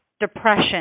depression